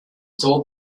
told